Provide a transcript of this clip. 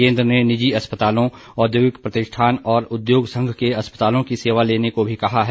केंद्र ने निजी अस्पतालों औद्योगिक प्रतिष्ठान और उद्योग संघ के अस्पतालों की सेवा लेने को भी कहा है